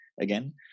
Again